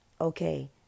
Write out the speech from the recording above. okay